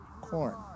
Corn